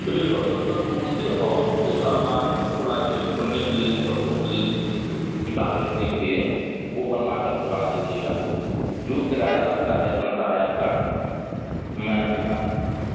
चलिए पचहत्तर कुर्सी और एक अलमारी हमको लाइबेरी खोलने के लिए जैसे बच्चों के लिए किताबें रखने के लिए ओ बनवाकर भिजवा दीजिएगा जो किराया लगता है बनता है आपका मैं दुकान